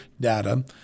data